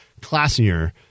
classier